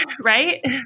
right